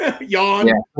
yawn